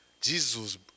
Jesus